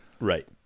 Right